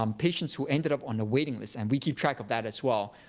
um patients who ended up on a waiting list, and we keep track of that as well.